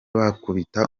bakubita